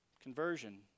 Conversion